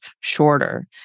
shorter